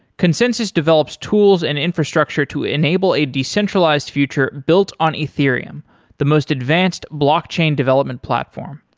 consensys develops tools and infrastructure to enable a decentralized future built on ethereum the most advanced blockchain development platform.